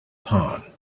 pan